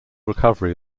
recovery